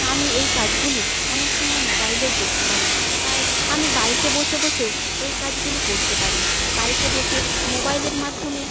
আমি এই কাজগুলি অনেক সময় মোবাইলেও করতে পারি তাই আমি বাড়িতে বসে বসেও এই কাজগুলি করতে পারি বাড়িতে বসে মোবাইলের মাধ্যমে